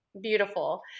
Beautiful